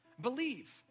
Believe